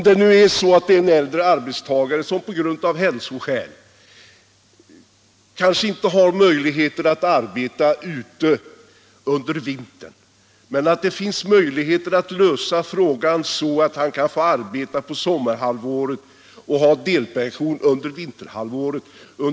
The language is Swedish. Vi antar att en äldre arbetare av hälsoskäl inte har möjlighet att arbeta ute under vintern men att det finns möjligheter att lösa frågan så att han kan få arbeta under sommarhalvåret och ha delpension under vinterhalvåret.